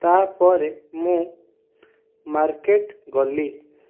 ତା'ପରେ ମୁଁ ମାର୍କେଟ୍ ଗଲି